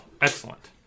excellent